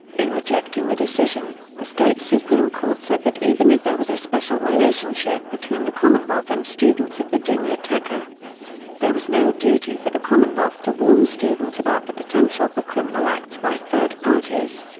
in rejecting the decision, the state supreme court said that even if there was a special relationship between the commonwealth and students of virginia tech. ah there was no duty for the commonwealth to warn students about the potential for criminal acts by third parties.